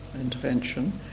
intervention